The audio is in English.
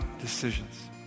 decisions